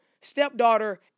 stepdaughter